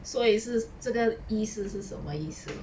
所以是这个意思是什么意思